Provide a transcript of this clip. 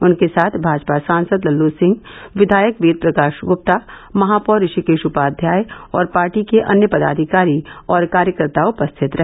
उनके साथ भाजपा सांसद लल्ल सिंह विधायक वेद प्रकाश ग्प्ता महापौर ऋषिकेश उपाध्याय और पार्टी के अन्य पदाधिकारी और कार्यकर्ता उपस्थित रहे